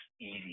easy